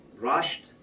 rushed